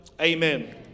amen